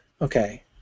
Okay